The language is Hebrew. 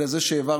שקלים.